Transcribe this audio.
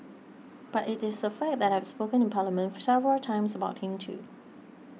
but it is a fact that I have spoken in Parliament several times about him too